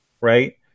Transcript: Right